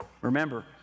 Remember